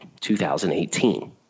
2018